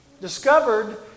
discovered